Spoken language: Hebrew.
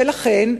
ולכן,